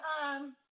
time